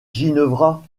ginevra